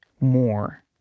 more